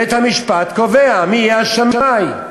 בית-המשפט קובע מי יהיה השמאי,